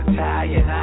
Italian